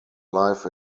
live